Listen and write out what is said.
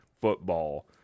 football